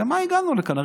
למה הגענו לכאן?